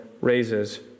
raises